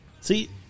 See